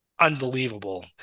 unbelievable